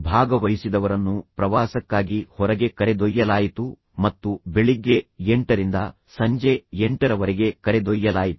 ಭಾಗವಹಿಸಿದವರನ್ನು ಪ್ರವಾಸಕ್ಕಾಗಿ ಹೊರಗೆ ಕರೆದೊಯ್ಯಲಾಯಿತು ಮತ್ತು ಬೆಳಿಗ್ಗೆ ಎಂಟರಿಂದ ಸಂಜೆ ಎಂಟರವರೆಗೆ ಕರೆದೊಯ್ಯಲಾಯಿತು